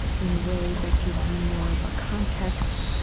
in a way that gives you more of a context,